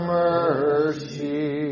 mercy